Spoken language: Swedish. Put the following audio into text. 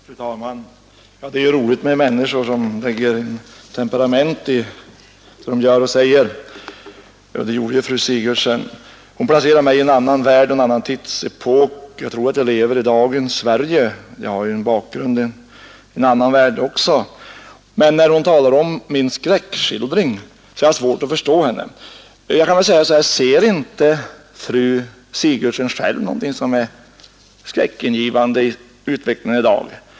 Fru talman! Det är ju roligt med människor som reagerar temperamentsfullt på vad man säger — och det gjorde verkligen fru Sigurdsen. Hon placerade mig i en annan värld och i en annan tidsepok. Men jag lever i dagens Sverige, även om jag också har en annan värld i bakgrunden. När fru Sigurdsen talade om min skräckskildring hade jag svårt att förstå henne. Ser inte fru Sigurdsen något skräckingivande i utvecklingen i dag?